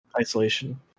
Isolation